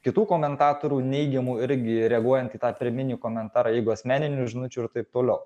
kitų komentatorių neigiamų irgi reaguojant į tą pirminį komentarą jeigu asmeninių žinučių ir taip toliau